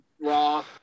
raw